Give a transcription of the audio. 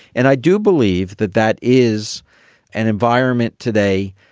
and i do believe that that is an environment today,